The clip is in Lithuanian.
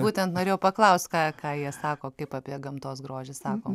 būtent norėjau paklaust ką ką jie sako kaip apie gamtos grožį sako